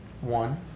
One